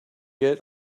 yet